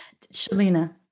Shalina